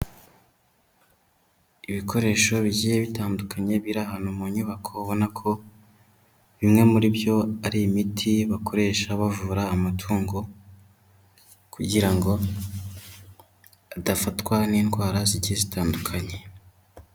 Ibikoresho bigiye bitandukanye biri ahantu mu nyubako ubona ko bimwe muri byo ari imiti bakoresha bavura amatungo kugira ngo adafatwa n'indwara zigiye zitandukanye.